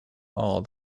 all